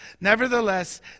Nevertheless